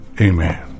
Amen